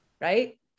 right